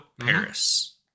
Paris